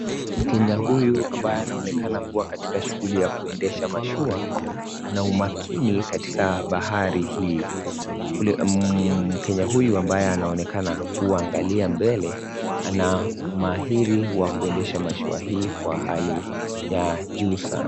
Mkenya huyu ambaye anaonekana kuwa katika shughuli ya kuendesha mashua ana umakini katika bahari hii, yule mkenya huyu ambaye anaonekana kuangalia mbele ana umahiri wa kuendesha mashua hii kwa hali ya juu sana.